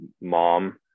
mom